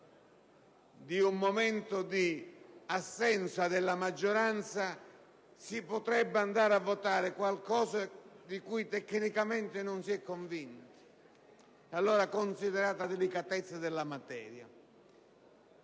di una momentanea assenza della maggioranza si potrebbero votare cose di cui tecnicamente non si è convinti. Allora, considerata la delicatezza della materia